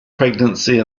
pregnancy